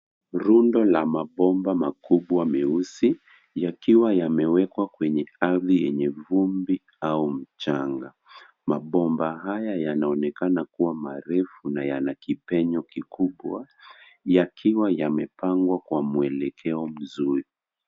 Rundo la mabomba makubwa meusi yakiwa yamewekwa kwenye ardhi yenye vumbi au mchanga . Mabomba haya yanaonekana kuwa marefu na yana penyo kikubwa yakiwa yamepangwa kwa mwelekeo mzuri.